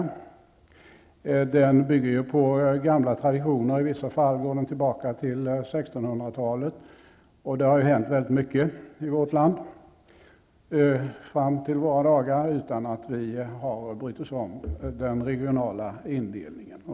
Den bygger ju på gamla traditioner. I vissa fall går den tillbaka till 1600-talet, och det har hänt väldigt mycket i vårt land fram till våra dagar utan att vi har brytt oss om den regionala indelningen.